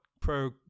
pro